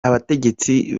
abategetsi